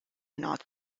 not